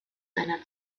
seiner